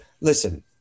listen